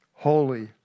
Holy